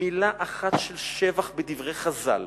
מלה אחת של שבח בדברי חז"ל